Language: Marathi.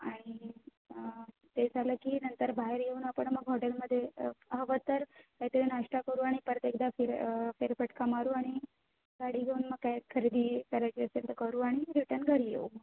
आणि ते झालं की नंतर बाहेर येऊन आपण मग हॉटेलमध्ये हवं तर कायतरी नाश्ता करू आणि परत एकदा फिर फेरफटका मारू आणि गाडी घेऊन मग काय खरेदी करायची असेल तर करू आणि रिटर्न घरी येऊ